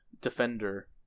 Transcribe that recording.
defender